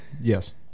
Yes